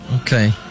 Okay